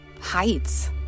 heights